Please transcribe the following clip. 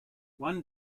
one